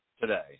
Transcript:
today